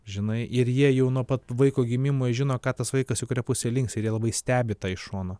žinai ir jie jau nuo pat vaiko gimimo žino ką tas vaikas į kurią pusę links ir jie labai stebi tai iš šono